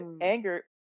anger